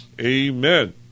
Amen